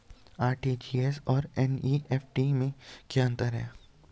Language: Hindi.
आर.टी.जी.एस और एन.ई.एफ.टी में क्या अंतर है?